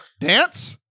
dance